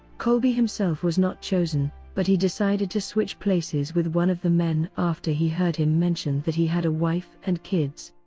kolbe himself was not chosen, but he decided to switch places with one of the men after he heard him mention that he had a wife and kids.